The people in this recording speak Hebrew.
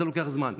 אז זה לוקח זמן.